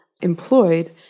employed